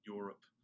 Europe